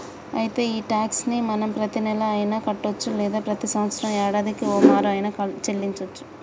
అయితే ఈ టాక్స్ ని మనం ప్రతీనెల అయిన కట్టొచ్చు లేదా ప్రతి సంవత్సరం యాడాదికి ఓమారు ఆయిన సెల్లించోచ్చు